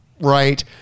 right